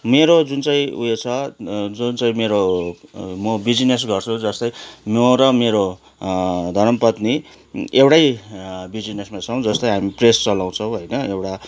मेरो जुन चाहिँ उयो छ जुन छे मेरो म बिजनेस गर्छु जस्तै म र मेरो धरमपत्नी एउटै बिजनेसमा छौँ जस्तै हामी प्रेस चलाउँछौँ होइन एउटा